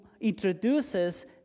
introduces